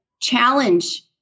challenge